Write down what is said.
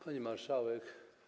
Pani Marszałek!